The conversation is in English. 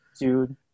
Dude